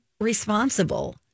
responsible